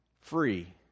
free